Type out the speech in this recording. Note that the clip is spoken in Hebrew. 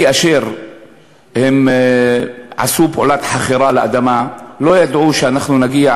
כאשר הם עשו פעולת חכירה לאדמה לא ידעו שאנחנו נגיע